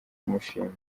kumushimira